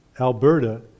Alberta